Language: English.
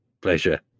Pleasure